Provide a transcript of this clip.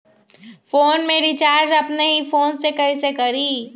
Phone में recharge अपने ही फ़ोन से कईसे करी?